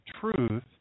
truth